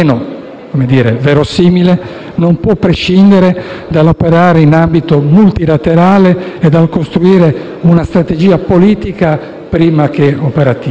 almeno verosimile non può prescindere dall'operare in ambito multilaterale e dal costruire una strategia politica prima che operativa.